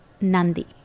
Nandi